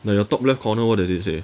ya your top left corner what did it say